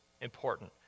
important